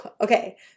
Okay